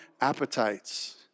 appetites